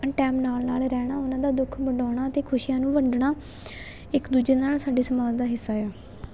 time ਨਾਲ ਨਾਲ ਰਹਿਣਾ ਉਹਨਾਂ ਦਾ ਦੁੱਖ ਵੰਡਾਉਣਾ ਅਤੇ ਖੁਸ਼ੀਆਂ ਨੂੰ ਵੰਡਣਾ ਇੱਕ ਦੂਜੇ ਦੇ ਨਾਲ ਸਾਡੇ ਸਮਾਜ ਦਾ ਹਿੱਸਾ ਆ